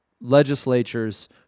legislatures